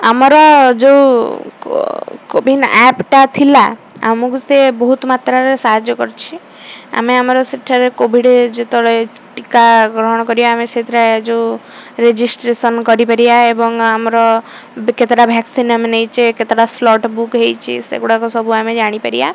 ଆମର ଯୋଉ କୋୱିନ୍ ଆପ୍ଟା ଥିଲା ଆମକୁ ସେ ବହୁତ ମାତ୍ରାରେ ସାହାଯ୍ୟ କରିଛି ଆମେ ଆମର ସେଠାରେ କୋଭିଡ଼୍ ଯେତେବେଳେ ଟୀକା ଗ୍ରହଣ କରିବା ଆମେ ସେଥିରେ ଯୋଉ ରେଜିଷ୍ଟ୍ରେସନ୍ କରିପାରିବା ଏବଂ ଆମର କେତେଟା ଭ୍ୟାକ୍ସିନ୍ ଆମେ ନେଇଛେ କେତେଟା ସ୍ଲଟ୍ ବୁକ୍ ହେଇଛି ସେଗୁଡ଼ାକ ସବୁ ଆମେ ଜାଣିପାରିବା